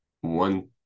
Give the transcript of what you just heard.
one